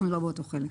אנחנו לא באותו חלק.